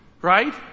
Right